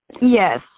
Yes